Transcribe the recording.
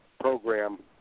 program